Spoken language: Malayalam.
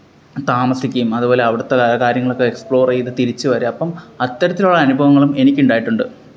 താമസിക്കുകയും അതുപോലെ അവിടുത്തെ കാര്യങ്ങളൊക്കെ എക്സ്പ്ലോർ ചെയ്ത് തിരിച്ച് വരിക അപ്പം അത്തരത്തിൽ ഉള്ള അനുഭവങ്ങളും എനിക്കുണ്ടായിട്ടുണ്ട്